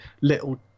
little